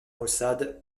maussade